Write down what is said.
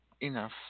enough